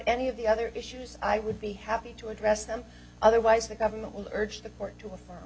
any of the other issues i would be happy to address them otherwise the government will urge the court to affirm